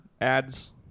ads